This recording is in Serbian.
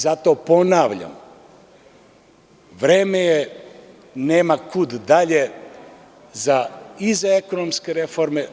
Zato, ponavljam, vreme je nema kud dalje, i za ekonomske reforme.